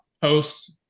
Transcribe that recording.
posts